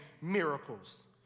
miracles